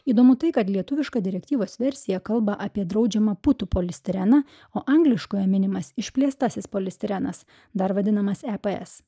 įdomu tai kad lietuviška direktyvos versija kalba apie draudžiamą putų polistireną o angliškoje minimas išplėstasis polistirenas dar vadinamas eps